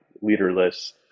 leaderless